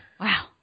Wow